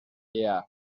yeah